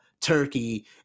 turkey